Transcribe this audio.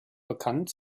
bekannt